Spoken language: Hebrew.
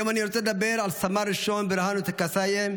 היום אני רוצה לדבר על סמ"ר ברהנו קאסיה,